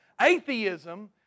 Atheism